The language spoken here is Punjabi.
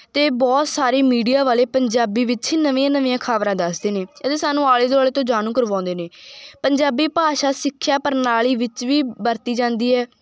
ਅਤੇ ਬਹੁਤ ਸਾਰੀ ਮੀਡੀਆ ਵਾਲੇ ਪੰਜਾਬੀ ਵਿੱਚ ਹੀ ਨਵੀਆਂ ਨਵੀਆਂ ਖਬਰਾਂ ਦੱਸਦੇ ਨੇ ਇਹ ਤਾਂ ਸਾਨੁੂੰ ਆਲੇ ਦੁਆਲੇ ਤੋਂ ਜਾਣੂ ਕਰਵਾਉਂਦੇ ਨੇ ਪੰਜਾਬੀ ਭਾਸ਼ਾ ਸਿੱਖਿਆ ਪ੍ਰਣਾਲੀ ਵਿੱਚ ਵੀ ਵਰਤੀ ਜਾਂਦੀ ਹੈ